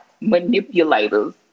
manipulators